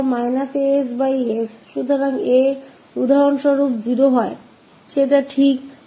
तो जब a उदाहरण क लिए 0 है तो यह पूर्णतः वही है जब हमारे पास लाप्लास 1 थ